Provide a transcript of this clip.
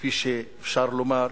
כפי שאפשר לומר,